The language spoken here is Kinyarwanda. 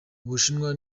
ubushinwa